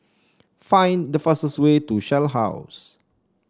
find the fastest way to Shell House